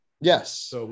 Yes